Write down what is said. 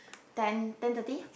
ten ten thirty